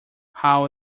how